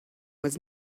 was